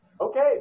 okay